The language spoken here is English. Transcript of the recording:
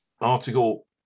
article